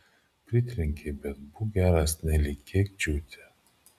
pritrenkei bet būk geras nelinkėk džiūti